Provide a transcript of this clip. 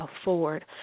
afford